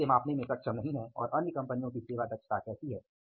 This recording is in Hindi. हम इसे मापने में सक्षम नहीं हैं कि अन्य कंपनियों की सेवा दक्षता कैसी है